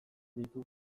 ditugu